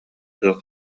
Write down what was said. тыал